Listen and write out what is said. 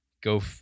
go